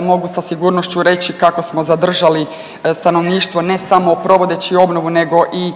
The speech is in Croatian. mogu sa sigurnošću reći kako smo zadržali stanovništvo ne samo provodeći obnovu nego i